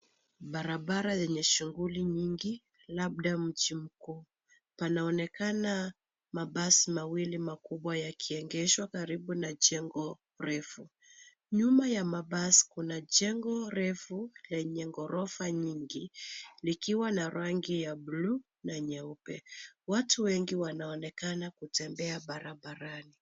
Barabara yenye shughuli nyingi labda mji mkuu. Panaonekana mabasi mawili makubwa yakiegeshwa karibu na jengo refu. Nyuma ya mabasi, kuna jengo refu lenye ghorofa nyingi likiwa na rangi ya bluu na nyeupe watu wengi wanaonekana kutembea barabarani.